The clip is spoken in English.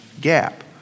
gap